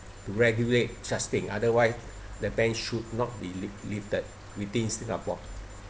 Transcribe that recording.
regulate such thing otherwise the ban should not be lif~ lifted within singapore